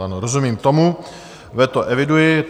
Ano, rozumím tomu, veto eviduji.